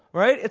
right?